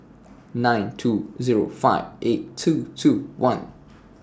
nine two Zero five eight two two one